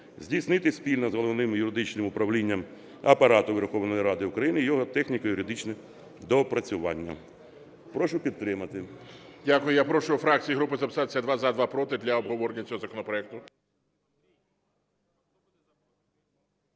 здійснити спільно з Головним юридичним управлінням Апарату Верховної Ради України його техніко-юридичне доопрацювання. Прошу підтримати. ГОЛОВУЮЧИЙ. Дякую. Я прошу фракції та групи записатися: два – за, два – проти, для обговорення цього законопроекту.